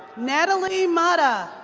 natalie motta.